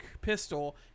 pistol